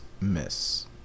miss